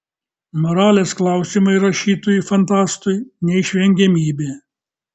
moralės klausimai rašytojui fantastui neišvengiamybė